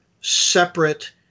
separate